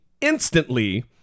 instantly